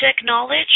acknowledge